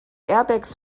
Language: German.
airbags